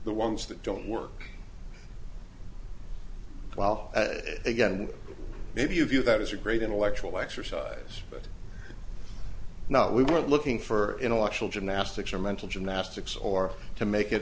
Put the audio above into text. the ones that don't work well again maybe you view that as a great intellectual exercise but not we were looking for intellectual gymnastics or mental gymnastics or to make it